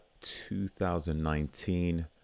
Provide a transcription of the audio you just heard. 2019